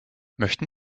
möchten